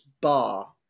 bar